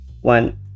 One